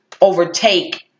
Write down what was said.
overtake